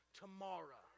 tomorrow